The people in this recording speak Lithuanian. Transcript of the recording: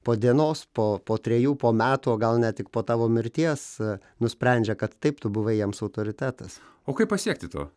po dienos po po trejų po metų o gal ne tik po tavo mirties nusprendžia kad taip tu buvai jiems autoritetas o kaip pasiekti to